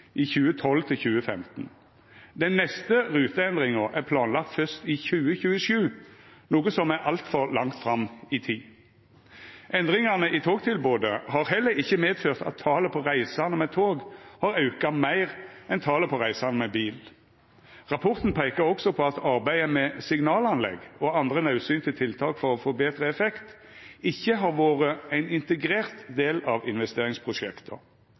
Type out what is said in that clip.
i 2012–2015. Den neste ruteendringa er planlagt først i 2027, noko som er altfor langt fram i tid. Endringane i togtilbodet har heller ikkje medført at talet på reisande med tog har auka meir enn talet på reisande med bil. Rapporten peikar også på at arbeidet med signalanlegg og andre naudsynte tiltak for å få betre effekt ikkje har vore ein integrert del av investeringsprosjekta.